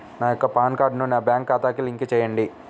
నా యొక్క పాన్ కార్డ్ని నా బ్యాంక్ ఖాతాకి లింక్ చెయ్యండి?